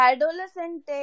Adolescent